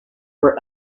were